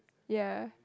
ya